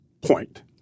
point